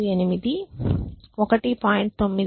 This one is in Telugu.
58 1